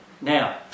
Now